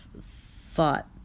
thought